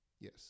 Yes